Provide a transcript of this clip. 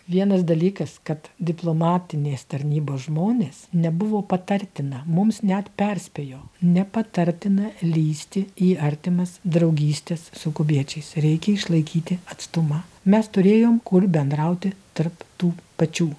vienas dalykas kad diplomatinės tarnybos žmonės nebuvo patartina mums net perspėjo nepatartina lįsti į artimas draugystes su kubiečiais reikia išlaikyti atstumą mes turėjom kur bendrauti tarp tų pačių